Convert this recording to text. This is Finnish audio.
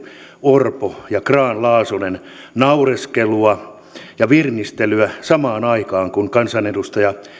orpo ja grahn laasonen naureskelua ja virnistelyä samaan aikaan kun kansanedustaja